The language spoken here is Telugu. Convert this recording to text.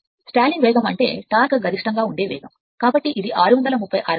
నిలిచిపోయే వేగం అంటే టార్క్ గరిష్టంగా ఉండే వేగం కాబట్టి ఇది 630 rpm